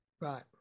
right